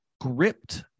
gripped